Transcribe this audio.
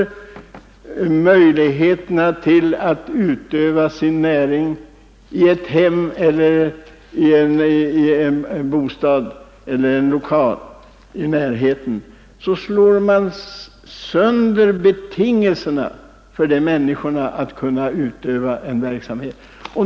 Omöjliggör man för ett sådant företag att till rimlig kostnad hålla sig med lokal, slår man sönder betingelserna för vissa människor att utöva sin verksamhet.